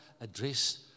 address